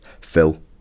phil